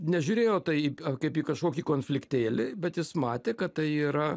nežiūrėjo tai kaip į kažkokį konfliktėlį bet jis matė kad tai yra